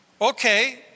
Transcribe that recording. Okay